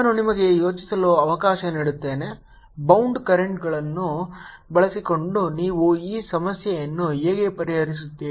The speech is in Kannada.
ನಾನು ನಿಮಗೆ ಯೋಚಿಸಲು ಅವಕಾಶ ನೀಡುತ್ತೇನೆ ಬೌಂಡ್ ಕರೆಂಟ್ಗಳನ್ನು ಬಳಸಿಕೊಂಡು ನೀವು ಈ ಸಮಸ್ಯೆಯನ್ನು ಹೇಗೆ ಪರಿಹರಿಸುತ್ತೀರಿ